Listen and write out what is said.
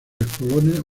estolones